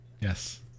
Yes